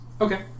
Okay